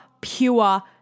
pure